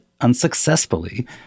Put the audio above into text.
unsuccessfully